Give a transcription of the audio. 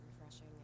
refreshing